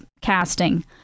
casting